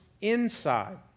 inside